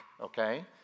okay